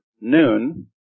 noon